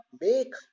make